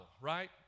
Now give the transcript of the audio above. right